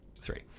Three